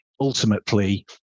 ultimately